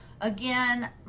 again